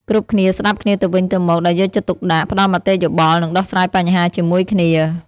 គ្រប់គ្នាស្តាប់គ្នាទៅវិញទៅមកដោយយកចិត្តទុកដាក់ ផ្តល់មតិយោបល់ និងដោះស្រាយបញ្ហាជាមួយគ្នា។